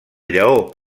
lleó